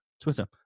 Twitter